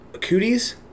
Cooties